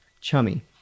chummy